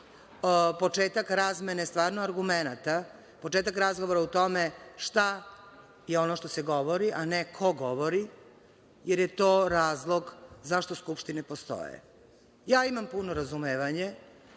početak razmene stvarno argumenata, početak razgovora o tome šta je ono što se govori, a ne ko govori, jer je to razlog zašto skupštine postoje. Imam puno razumevanje